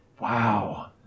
Wow